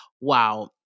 Wow